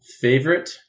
Favorite